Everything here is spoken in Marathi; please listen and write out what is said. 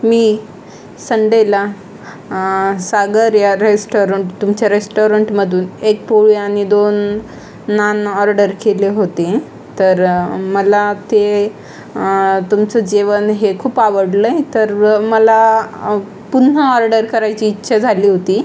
मी संडेला सागर या रेस्टॉरंट तुमच्या रेस्टॉरंटमधून एक पोळी आणि दोन नान ऑर्डर केले होते तर मला ते तुमचं जेवण हे खूप आवडलं आहे तर मला पुन्हा ऑर्डर करायची इच्छा झाली होती